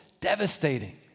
devastating